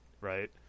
right